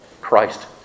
Christ